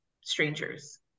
strangers